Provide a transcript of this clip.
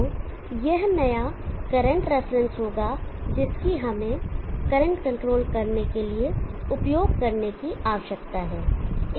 तो यह नया करंट रेफरेंस होगा जिसकी हमें करंट कंट्रोल करने के लिए उपयोग करने की आवश्यकता है